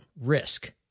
risk